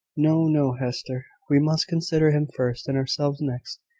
no, no, hester we must consider him first, and ourselves next,